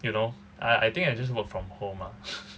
you know I I think I just work from home ah